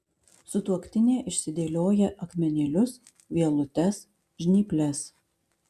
sutuoktinė išsidėlioja akmenėlius vielutes žnyples